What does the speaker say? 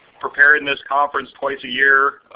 preparedness conference twice a year.